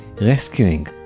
rescuing